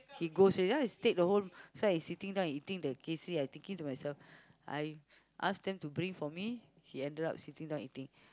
he goes already yeah take the whole so I sitting down and eating the I thinking to myself I ask them to bring for me he ended up sitting down eating